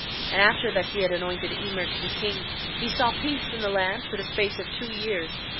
and after that he had anointed emer to be king he saw peace in the land for the space of two years,